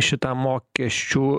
šitam mokesčių